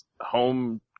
home